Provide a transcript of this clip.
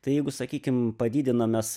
tai jeigu sakykim padidinamas